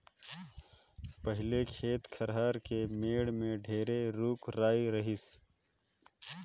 पहिले खेत खायर के मेड़ में ढेरे रूख राई रहिस